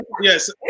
Yes